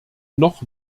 noch